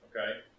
Okay